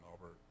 Albert